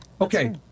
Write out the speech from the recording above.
Okay